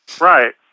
Right